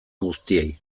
guztiei